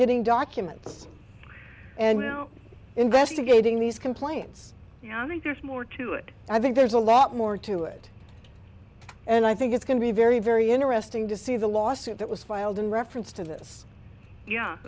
getting documents and now investigating these complaints yeah i mean there's more to it i think there's a lot more to it and i think it's going to be very very interesting to see the lawsuit that was filed in reference to this yeah